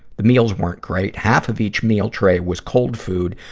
the meals weren't great. half of each meal tray was cold food,